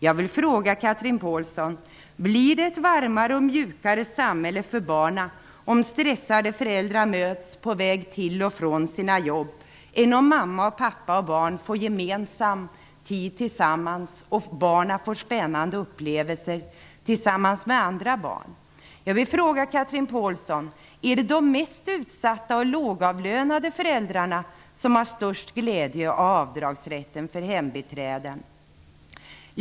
Jag vill fråga Chatrine Pålsson: Blir det ett varmare och mjukare samhälle för barnen om stressade föräldrar möts på väg till och från sina jobb än om mamma, pappa och barn får gemensam tid tillsammans och barnen får spännande upplevelser tillsammans med andra barn? Är det de mest utsatta och lågavlönade föräldrarna som har störst glädje av avdragsrätten för hembiträden?